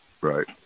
right